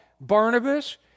Barnabas